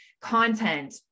content